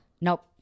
Nope